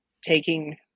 taking